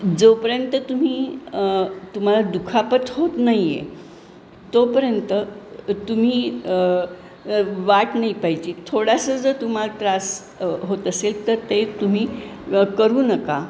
जोपर्यंत तुम्ही तुम्हाला दुखापत होत नाही आहे तोपर्यंत तुम्ही वाट नाही पाहायची थोडासा जर तुम्हाला त्रास होत असेल तर ते तुम्ही करू नका